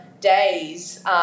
days